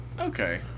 Okay